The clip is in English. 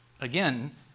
Again